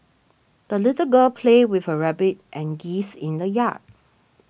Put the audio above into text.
the little girl played with her rabbit and geese in the yard